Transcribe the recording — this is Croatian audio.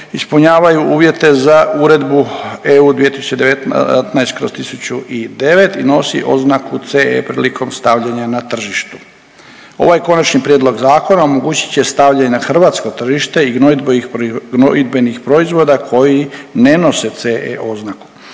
ispunjavaju uvjete za Uredbu EU 2019/1009 i nosi oznaku CE prilikom stavljanja na tržištu. Ovaj Konačni prijedlog zakona omogućit će stavljanje na hrvatsko tržište i gnojidbenih proizvoda koji ne nose CE oznaku.